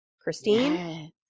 christine